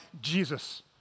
Jesus